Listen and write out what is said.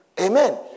Amen